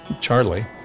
Charlie